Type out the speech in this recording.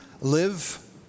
live